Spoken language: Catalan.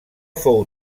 fou